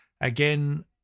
Again